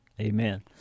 Amen